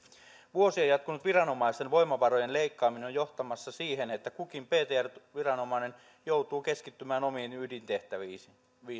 vuosia jatkunut viranomaisten voimavarojen leikkaaminen on johtamassa siihen että kukin ptr viranomainen joutuu keskittymään omiin ydintehtäviinsä